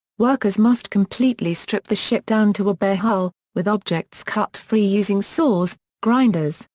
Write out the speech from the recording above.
workers must completely strip the ship down to a bare hull, with objects cut free using saws, grinders,